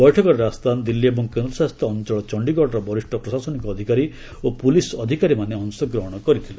ବୈଠକରେ ରାଜସ୍ଥାନ ଦିଲ୍ଲୀ ଏବଂ କେନ୍ଦ୍ରଶାସିତ ଅଞ୍ଚଳ ଚଣ୍ଡୀଗଡ଼ର ବରିଷ୍ଣ ପ୍ରଶାସନିକ ଅଧିକାରୀ ଓ ପୁଲିସ୍ ଅଧିକାରୀମାନେ ଅଶଗ୍ରହଣ କରିଥିଲେ